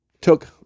took